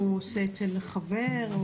שהוא עושה אצל חבר?